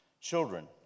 Children